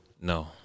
No